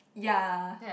ya